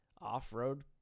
off-road